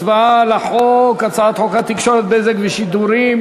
הצבעה על הצעת חוק התקשורת (בזק ושידורים)